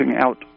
out